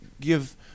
give